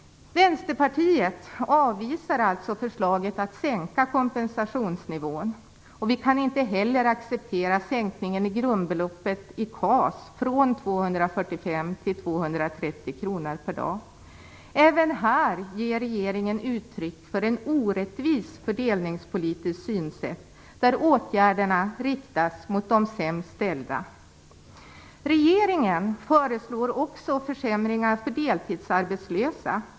Vänsterpartiet avvisar alltså förslaget om att sänka kompensationsnivån. Vi kan inte heller acceptera sänkningen i grundbeloppet i KAS från 245 till 230 kr per dag. Även här ger regeringen uttryck för ett orättvist fördelningspolitiskt synsätt, där åtgärderna riktas mot de sämst ställda. Regeringen föreslår också försämringar för deltidsarbetslösa.